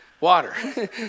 Water